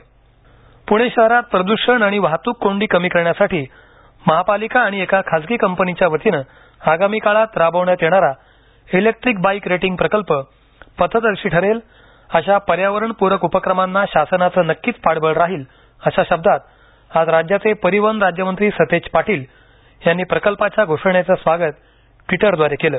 प्णे शहरात प्रदूषण आणि वाहतूक कोंडी कमी करण्यासाठी महापालिका आणि एका खासगी कंपनीच्या वतीनं आगामी काळात राबविण्यात येणारा इलेक्ट्रिक बाईक रेंटींग प्रकल्प पथदर्शी ठरेल अशा पर्यावरण प्रक उपक्रमांना शासनाचं नक्कीच पाठबळ राहील अशा शब्दात आज राज्याचे परिवहन राज्यमंत्री सतेज पाटील यांनी प्रकल्पाच्या घोषणेचं स्वागत ट्विटद्वारे केलं